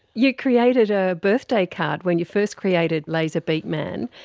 you created a birthday card when you first created laser beak man,